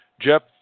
Jeff